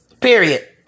Period